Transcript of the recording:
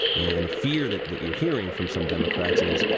and the fear that that you're hearing from some democrats is,